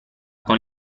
con